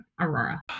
Aurora